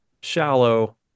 shallow